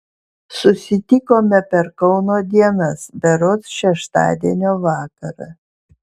susitikome per kauno dienas berods šeštadienio vakarą